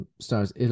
stars